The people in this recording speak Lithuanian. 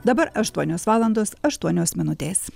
dabar aštuonios valandos aštuonios minutės